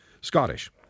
Scottish